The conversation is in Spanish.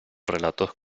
relatos